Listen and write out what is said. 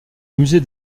musée